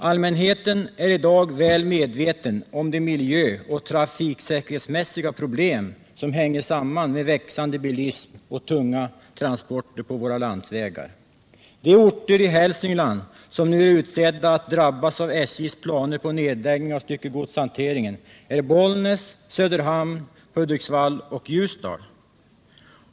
Allmänheten är i dag väl medveten om de miljöoch trafiksäkerhetsmässiga problem som hänger samman med växande bilism och tunga transporter på våra landsvägar. De orter i Hälsingland, som nu är utsedda att drabbas av SJ:s planer på nedläggning av styckegodshanteringen, är Bollnäs, Söderhamn, Hudiksvall och Ljusdal.